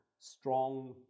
strong